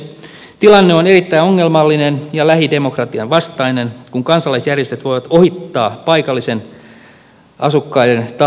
tilanne on erittäin ongelmallinen ja lähidemokratian vastainen kun kansalaisjärjestöt voivat ohittaa paikallisten asukkaiden tahtotilan